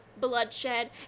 bloodshed